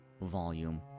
volume